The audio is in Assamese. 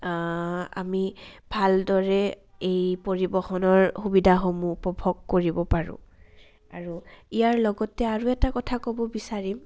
আমি ভালদৰে এই পৰিবহণৰ সুবিধাসমূহ উপভোগ কৰিব পাৰোঁ আৰু ইয়াৰ লগতে আৰু এটা কথা ক'ব বিচাৰিম